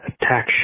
Attack